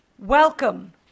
Welcome